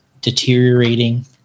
deteriorating